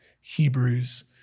Hebrews